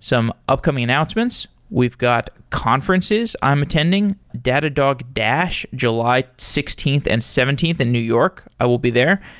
some upcoming announcements we've got conferences i'm attending, datadog dash, july sixteenth and seventeenth in new york. i will be there.